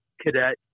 cadet